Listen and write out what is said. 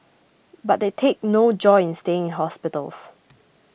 but they take no joy in staying in hospitals